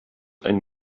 ein